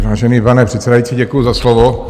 Vážený pane předsedající, děkuji za slovo.